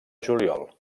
juliol